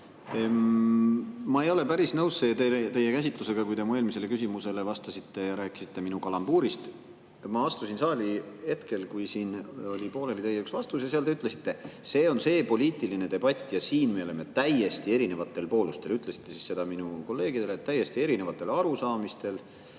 Ma ei ole päris nõus teie käsitlusega, kui te mu eelmisele küsimusele vastasite ja rääkisite minu kalambuurist. Ma astusin saali hetkel, kui siin oli pooleli üks teie vastus ja seal te ütlesite: see on see poliitiline debatt ja siin me oleme täiesti erinevatel poolustel. Te ütlesite seda minu kolleegidele, et te olete täiesti erineval arusaamisel,